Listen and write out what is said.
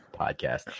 podcast